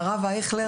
הרב אייכלר,